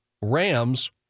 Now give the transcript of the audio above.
Rams